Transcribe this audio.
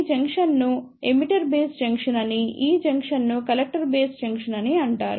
ఈ జంక్షన్ను emitter base junction అని ఈ జంక్షన్ను కలెక్టర్ బేస్ జంక్షన్ అని అంటారు